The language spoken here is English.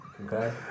Okay